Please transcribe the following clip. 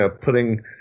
putting